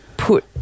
put